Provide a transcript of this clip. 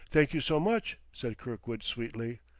thank you so much, said kirkwood sweetly.